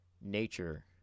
nature